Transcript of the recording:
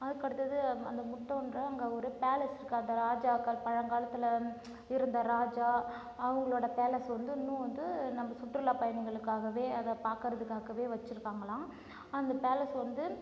அதுக்கடுத்தது அந்த முட்டோன்ற அங்க ஒரு பேலஸ் இருக்குது அந்த ராஜாக்கள் பழங்காலத்தில் இருந்த ராஜா அவங்களோட பேலஸ் வந்து இன்னும் வந்து நம்ம சுற்றுலாப் பயணிகளுக்காகவே அதை பாக்கறதுக்காகவே வச்சிருக்காங்களாம் அந்த பேலஸ் வந்து